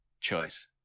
choice